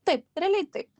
taip realiai taip